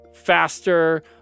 faster